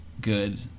Good